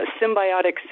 symbiotic